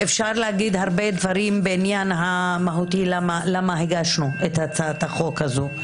שאפשר להגיד הרבה דברים בעניין המהותי למה הגשנו את הצעת החוק הזו,